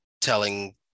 telling